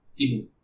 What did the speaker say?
Timo